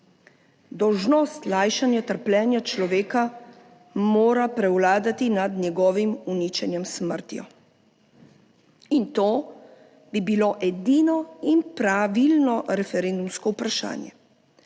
Dolžnost lajšanje trpljenja človeka mora prevladati nad njegovim uničenjem, smrtjo in to bi bilo edino in pravilno referendumsko vprašanje.